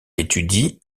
étudie